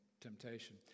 temptation